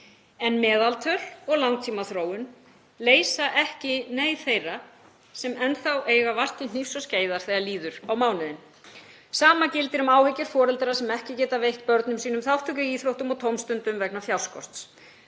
En meðaltöl og langtímaþróun leysa ekki neyð þeirra sem enn þá eiga vart til hnífs og skeiðar þegar líður á mánuðinn. Sama gildir um áhyggjur foreldra sem ekki geta veitt börnum sínum þátttöku í íþróttum og tómstundum vegna fjárskorts.